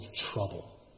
trouble